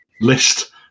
list